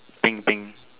pink pink